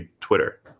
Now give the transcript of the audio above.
Twitter